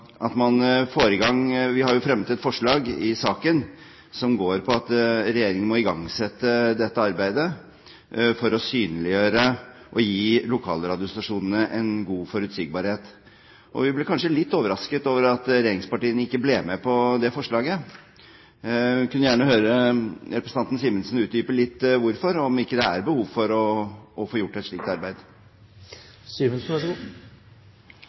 Vi har jo fremmet et forslag i saken som går på at regjeringen må igangsette dette arbeidet for å synliggjøre at de vil gi lokalradiostasjonene en god forutsigbarhet. Vi ble kanskje litt overrasket over at regjeringspartiene ikke ble med på det forslaget. Vi kunne gjerne høre representanten Simensen utdype litt hvorfor, og om ikke det er behov for å få gjort et slikt